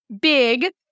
big